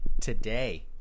today